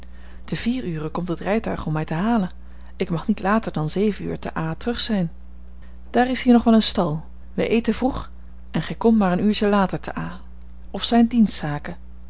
te vier ure komt het rijtuig om mij te halen ik mag niet later dan zeven uur te a terug zijn daar is hier nog wel een stal wij eten vroeg en gij komt maar een uurtje later te a of zijn